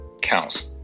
counts